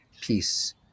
peace